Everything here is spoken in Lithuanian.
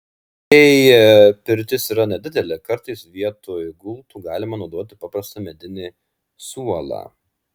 jei pirtis yra nedidelė kartais vietoj gultų galima naudoti paprastą medinį suolą